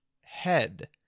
head